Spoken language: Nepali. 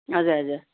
हजुर हजुर